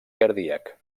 cardíac